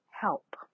Help